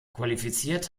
qualifiziert